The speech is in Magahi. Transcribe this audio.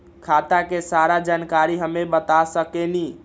खाता के सारा जानकारी हमे बता सकेनी?